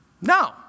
No